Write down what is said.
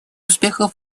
успехов